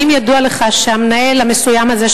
האם ידוע לך שהמנהל המסוים הזה,